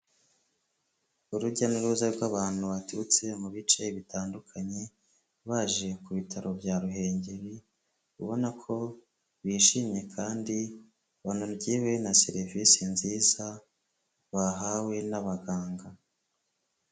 Urujya n'uruza rw'abantu baturutse mu bice bitandukanye baje ku bitaro bya Ruhengeri, ubona ko bishimye kandi banogewe na serivisi nziza bahawe n'abaganga.